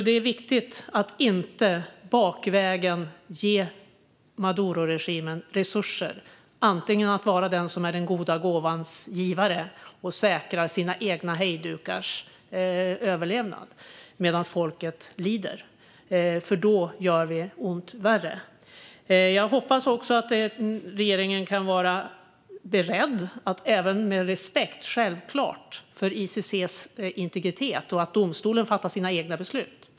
Det är viktigt att inte bakvägen ge Maduroregimen resurser så att den blir den goda gåvans givare och säkrar sina egna hejdukars överlevnad medan folket lider. Då gör vi ont värre. Jag hoppas att regeringen kan vara beredd att agera även med respekt för ICC:s integritet och att domstolen självklart fattar sina egna beslut.